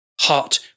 hot